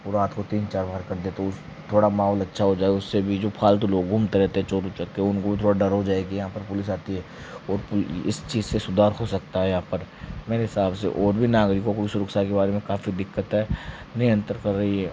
और रात को तीन चार बार कर दें तो थोड़ा माहौल अच्छा हो जाए उससे भी जो फ़ालतू लोग घूमते रहते हैं चोर उचक्के उनको भी थोड़ा डर हो जाए कि यहाँ पर पुलिस आती है और इस चीज़ से सुधार हो सकता है यहाँ पर मेरे हिसाब से और भी नागरिक को सुरक्षा के बारे में काफी दिक्कत है निरंतर कर रही है